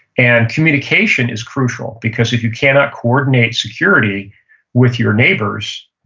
and communication is crucial because if you cannot coordinate security with your neighbors,